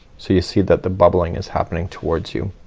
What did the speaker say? so you see that the bubbling is happening towards you.